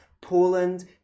Poland